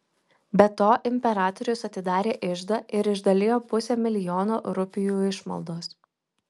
be to imperatorius atidarė iždą ir išdalijo pusę milijono rupijų išmaldos